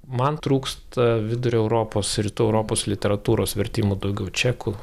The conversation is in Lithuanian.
man trūksta vidurio europos rytų europos literatūros vertimų daugiau čekų